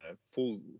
full